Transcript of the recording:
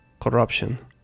corruption